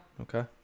Okay